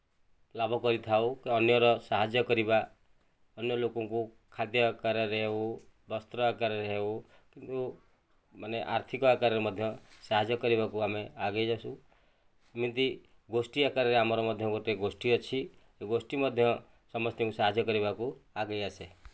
ଲାଭ କରିଥାଉ ଅନ୍ୟର ସାହାଯ୍ୟ କରିବା ଅନ୍ୟ ଲୋକଙ୍କୁ ଖାଦ୍ୟ ଆକାରରେ ହେଉ ବସ୍ତ୍ର ଆକାରରେ ହେଉ ଯେଉଁ ମାନେ ଆର୍ଥିକ ଆକାରରେ ମଧ୍ୟ ସାହାଯ୍ୟ କରିବାକୁ ଆମେ ଆଗେଇ ଆସୁ ଏମିତି ଗୋଷ୍ଠୀ ଆକାରରେ ଆମର ମଧ୍ୟ ଗୋଟେ ଗୋଷ୍ଠୀ ଅଛି ଏ ଗୋଷ୍ଠୀ ମଧ୍ୟ ସମସ୍ତଙ୍କୁ ସାହାଯ୍ୟ କରିବାକୁ ଆଗେଇ ଆସେ